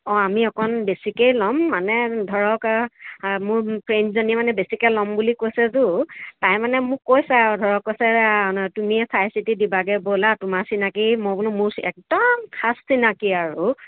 অঁ আমি অকণ বেছিকেই ল'ম মানে ধৰক মোৰ ফ্ৰেণ্ডজনীয়ে মানে বেছিকে ল'ম বুলি কৈছেতো তাই মানে মোক কৈছে আৰু ধৰক কৈছে তুমিয়েই চাই চিতি দিবাগে ব'লা তোমাৰ চিনাকি মই বোলো মোৰ একদম খাছ চিনাকি আৰু